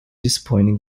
disappointing